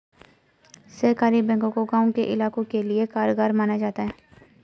सहकारी बैंकों को गांव के इलाकों के लिये कारगर माना जाता है